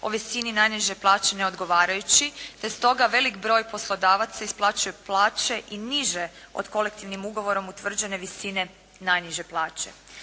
o visini najniže plaće neodgovarajući te stoga veliki broj poslodavaca isplaćuje plaće i niže od kolektivnim ugovorom utvrđene visine najniže plaće.